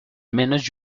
menos